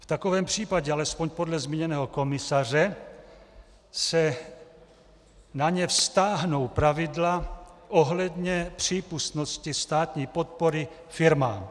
V takovém případě, alespoň podle zmíněného komisaře, se na ně vztáhnou pravidla ohledně přípustnosti státní podpory firmám.